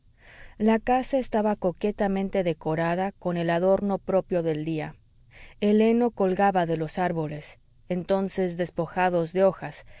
la casa estaba coquetamente decorada con el adorno propio del día el heno colgaba de los árboles entonces despojados de hojas